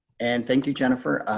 and thank you jennifer,